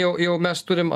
jau jau mes turim